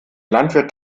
landwirt